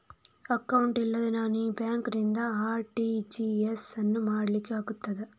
Account ಇಲ್ಲದೆ ನಾನು ಈ ಬ್ಯಾಂಕ್ ನಿಂದ ಆರ್.ಟಿ.ಜಿ.ಎಸ್ ಯನ್ನು ಮಾಡ್ಲಿಕೆ ಆಗುತ್ತದ?